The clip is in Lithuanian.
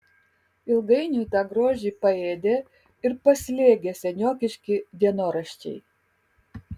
ilgainiui tą grožį paėdė ir paslėgė seniokiški dienoraščiai